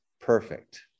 perfect